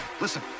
Listen